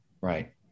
Right